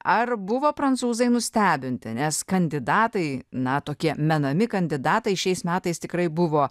ar buvo prancūzai nustebinti nes kandidatai na tokie menami kandidatai šiais metais tikrai buvo